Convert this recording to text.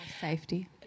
Safety